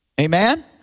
Amen